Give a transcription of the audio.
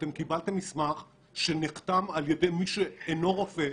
אתם קיבלתם מסמך שנחתם על-ידי מי שאינו רופא.